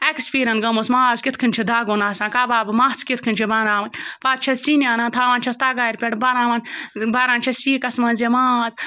experience گٔمٕژ ماز کِتھ کٔنۍ چھُ دَگُن آسان کَبابہٕ مَژھ کِتھ کٔنۍ چھِ بَناوٕنۍ پَتہٕ چھٮ۪س ژِنہِ اَنان تھَوان چھِس تَگارِ پٮ۪ٹھ بَناوان بَران چھٮ۪س سیٖکَس منٛز یہِ ماز